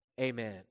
Amen